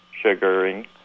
sugaring